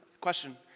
Question